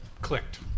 clicked